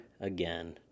again